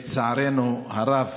לצערנו הרב,